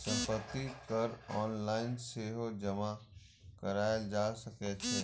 संपत्ति कर ऑनलाइन सेहो जमा कराएल जा सकै छै